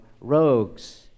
rogues